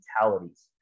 mentalities